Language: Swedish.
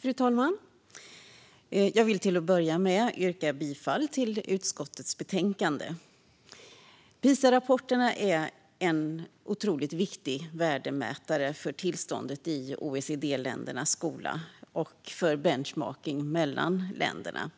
Fru talman! Jag vill till att börja med yrka bifall till utskottets förslag. PISA-rapporterna är en otroligt viktig värdemätare för tillståndet i OECD-ländernas skolor och för benchmarking mellan länderna.